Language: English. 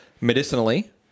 Medicinally